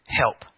help